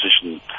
position